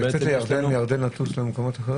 לצאת לירדן ומירדן לטוס למקומות אחרים?